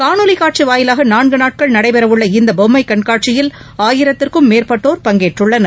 காணொலி காட்சி வாயிலாக நான்கு நாட்கள் நடைபெறவுள்ள பொம்மை கண்காட்சியில் இந்த ஆயிரத்திற்கும் மேற்பட்டோர் பங்கேற்றுள்ளனர்